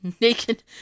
Naked